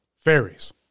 fairies